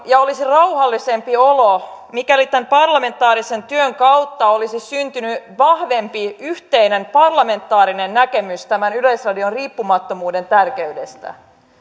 ja olisi rauhallisempi olo mikäli tämän parlamentaarisen työn kautta olisi syntynyt vahvempi yhteinen parlamentaarinen näkemys yleisradion riippumattomuuden tärkeydestä